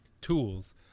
tools